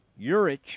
Urich